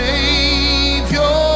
Savior